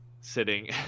sitting